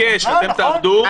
התעקש שאתם תעבדו.